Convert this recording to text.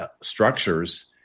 structures